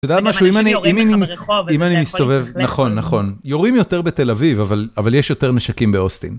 את יודעת משהו, אם אני מסתובב בתל אביב הכוונה שיורים עליך ברחוב נכון, נכון. יורים יותר בתל אביב אבל אבל יש יותר נשקים באוסטין.